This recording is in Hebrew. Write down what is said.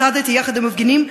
צעדתי יחד עם המפגינים,